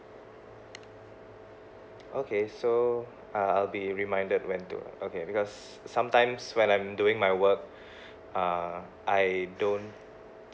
okay so uh I'll be reminded when to okay because s~ sometimes when I'm doing my work uh I don't